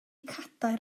cadair